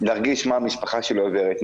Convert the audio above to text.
להרגיש מה המשפחה שלו עוברת,